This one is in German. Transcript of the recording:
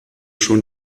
schon